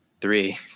three